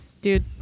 Dude